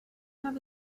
have